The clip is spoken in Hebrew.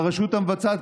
והרשות המבצעת,